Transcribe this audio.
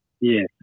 Yes